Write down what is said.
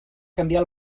canviar